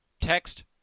text